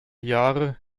jahre